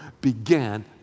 began